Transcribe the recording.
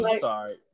sorry